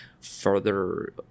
further